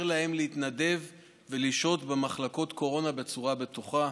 להם להתנדב ולשהות במחלקות קורונה בצורה בטוחה.